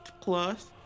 plus